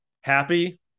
happy